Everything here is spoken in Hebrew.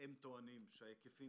הן טוענות שההיקפים,